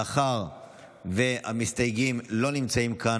מאחר שהמסתייגים לא נמצאים כאן,